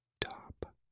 top